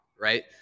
right